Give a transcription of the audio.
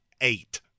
eight